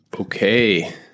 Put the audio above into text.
Okay